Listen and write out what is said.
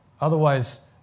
Otherwise